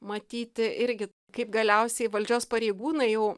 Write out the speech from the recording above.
matyti irgi kaip galiausiai valdžios pareigūnai jau